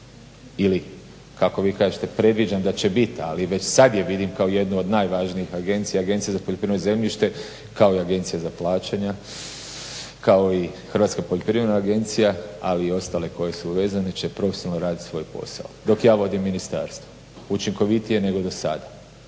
ili kako vi kažete predviđam da će biti ali već sad je vidim kao jednu od najvažnijih agencija Agencija za poljoprivredno zemljište kao i Agencija za plaćanja, kao i Hrvatska poljoprivredna agencija ali i ostale koje su vezane će profesionalno raditi svoj posao, dok ja vodim ministarstvo učinkovitije nego dosada.